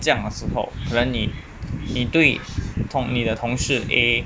这样的时候可能你你对你的同事